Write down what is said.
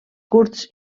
curts